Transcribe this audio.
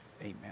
amen